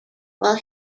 while